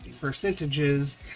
percentages